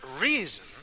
reason